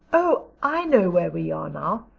oh, i know where we are now.